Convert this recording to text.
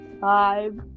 Five